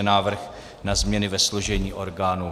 Návrh na změny ve složení orgánů